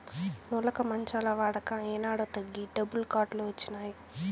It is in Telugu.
నులక మంచాల వాడక ఏనాడో తగ్గి డబుల్ కాట్ లు వచ్చినాయి